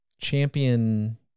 champion